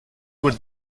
would